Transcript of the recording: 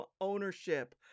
ownership